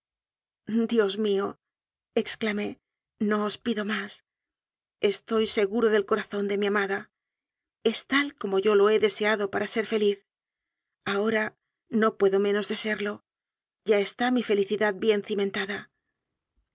dios mío exclamé no os pido más estoy seguro del corazón de mi amada es tal como yo lo he deseado para ser feliz ahora no puedo menos de serlo ya está mi felicidad bien cimentada